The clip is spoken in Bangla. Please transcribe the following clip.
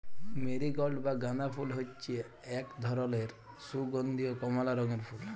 মেরিগল্ড বা গাঁদা ফুল হচ্যে এক ধরলের সুগন্ধীয় কমলা রঙের ফুল